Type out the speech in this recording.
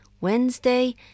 Wednesday